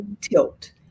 tilt